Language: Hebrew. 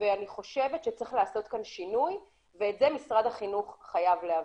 ואני חושבת שצריך לעשות כאן שינוי ואת זה משרד החינוך חייב להבין.